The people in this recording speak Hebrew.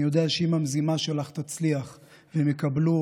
אני יודע שאם המזימה שלך תצליח והם יקבלו,